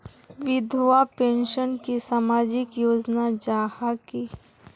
विधवा पेंशन की सामाजिक योजना जाहा की?